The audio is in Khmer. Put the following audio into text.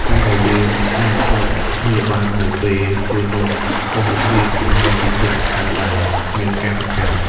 ការដែលយើងអាចសើចដាក់គ្នាបាននៅពេលធ្វើនំខុសរូបរាង បង្ហាញពីភាពស្និទ្ធស្នាលដែលគ្មានការប្រកាន់។